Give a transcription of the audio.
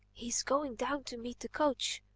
he's going down to meet the coach,